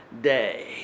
day